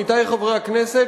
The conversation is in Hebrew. עמיתי חברי הכנסת,